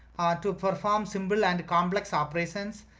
ah, to perform simple and complex operations.